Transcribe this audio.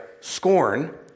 scorn